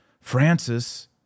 Francis